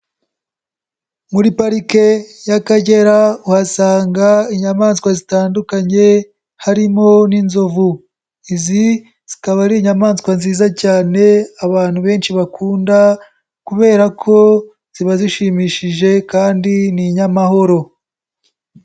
Muri parike y'Akagera uhasanga inyamaswa zitandukanye harimo n'inzovu, izi zikaba ari inyamaswa nziza cyane abantu benshi bakunda kubera ko ziba zishimishije kandi ni inyamahoro.